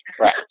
Right